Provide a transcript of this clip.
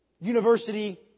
University